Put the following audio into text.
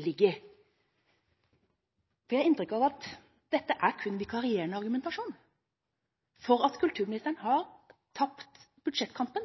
ligger. Jeg har inntrykk av at dette kun er en vikarierende argumentasjon for at kulturministeren har tapt budsjettkampen.